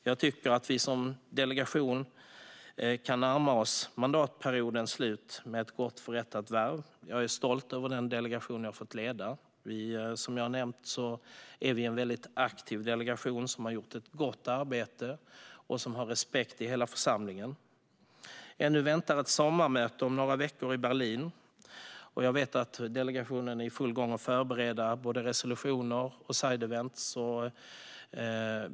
Jag tycker att vi som delegation kan närma oss mandatperiodens slut med ett väl förrättat värv. Jag är stolt över den delegation som jag har fått leda. Som jag har nämnt är vi en väldigt aktiv delegation som har gjort ett gott arbete och som respekteras i hela församlingen. Ännu väntar ett sommarmöte om några veckor i Berlin. Jag vet att delegationen är i full gång med att förbereda såväl resolutioner som side events.